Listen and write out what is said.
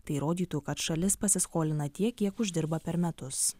tai rodytų kad šalis pasiskolina tiek kiek uždirba per metus